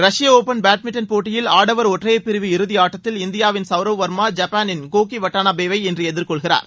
ரஷ்ய open badminton போட்டியில் ஆடவர் ஒற்றையர் பிரிவு இறுதியாட்டத்தில் இந்தியாவின் சௌரவ் வர்மா ஜப்பானின் கோகி வட்டானாபேவை இன்று எதிர் கொள்கிறார்